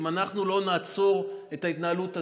אם אנחנו לא נעצור את ההתנהלות הזאת,